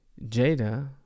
Jada